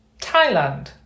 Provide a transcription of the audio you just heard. Thailand